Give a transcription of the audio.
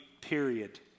period